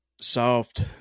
soft